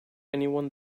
anyone